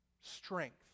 strength